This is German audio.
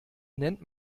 nennt